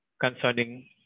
concerning